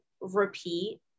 repeat